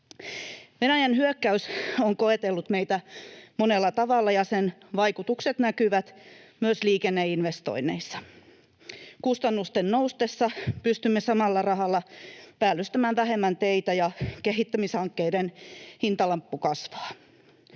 Venäjän hyökkäys on koetellut meitä monella tavalla, ja sen vaikutukset näkyvät myös liikenneinvestoinneissa. Kustannusten noustessa pystymme samalla rahalla päällystämään vähemmän teitä ja kehittämishankkeiden hintalappu kasvaa.